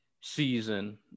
season